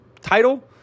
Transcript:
title